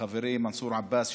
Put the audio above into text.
חברי מנסור עבאס,